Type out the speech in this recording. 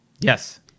Yes